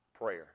prayer